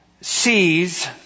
sees